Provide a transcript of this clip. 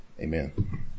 Amen